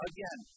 Again